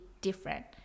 different